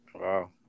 Wow